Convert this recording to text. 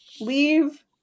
Leave